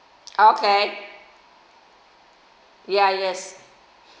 okay ya yes